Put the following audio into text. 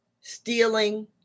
stealing